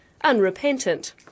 unrepentant